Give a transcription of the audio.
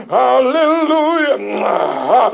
hallelujah